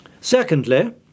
Secondly